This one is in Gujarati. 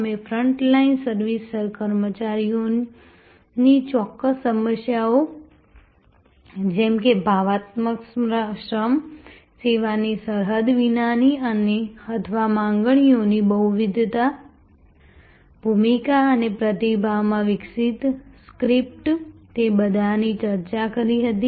અમે ફ્રન્ટ લાઇન સર્વિસ કર્મચારીઓની ચોક્કસ સમસ્યાઓ જેમ કે ભાવનાત્મક શ્રમ સેવાની સરહદ વિનાની અથવા માંગણીઓની બહુવિધતા ભૂમિકા અને પ્રતિભાવમાં વિકસિત સ્ક્રિપ્ટ તે બધાની ચર્ચા કરી હતી